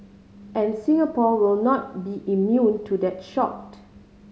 and Singapore will not be immune to that shocked